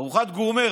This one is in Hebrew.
ארוחת גורמה,